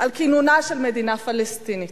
על כינונה של מדינה פלסטינית.